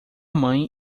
mãe